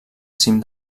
cim